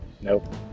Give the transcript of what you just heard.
Nope